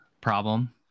problem